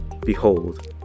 Behold